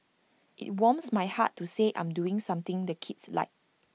IT warms my heart to say I'm doing something the kids like